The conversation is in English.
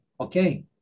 okay